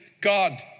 God